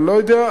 אני לא יודע.